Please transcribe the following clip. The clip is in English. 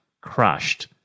crushed